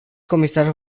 comisar